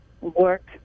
work